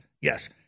yes